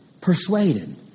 Persuaded